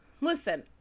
Listen